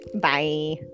Bye